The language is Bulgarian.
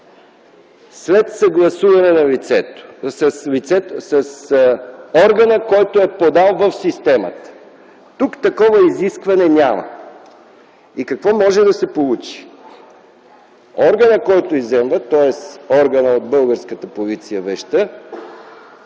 след съгласуване с органа, който е подал в системата. Тук такова изискване няма. И какво може да се получи? Органът, който изземва вещта, тоест органът от българската полиция,